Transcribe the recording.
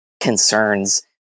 concerns